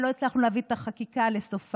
אבל לא הצלחנו להביא את החקיקה לסופה,